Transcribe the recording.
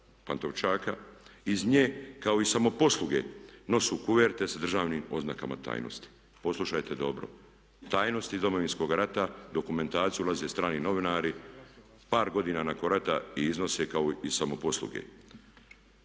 Pantovčaka, iz nje kao iz samoposluge nose kuverte sa državnim oznakama tajnosti. Poslušajte dobro, tajnosti iz Domovinskog rata, u dokumentaciju ulaze strani novinari, par godina nakon rata i iznose kao iz samoposluge.